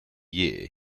year